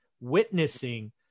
witnessing